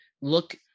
Look